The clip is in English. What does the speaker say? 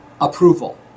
approval